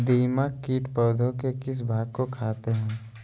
दीमक किट पौधे के किस भाग को खाते हैं?